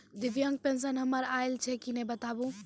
दिव्यांग पेंशन हमर आयल छै कि नैय बताबू?